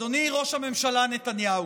אדוני ראש הממשלה נתניהו,